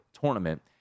tournament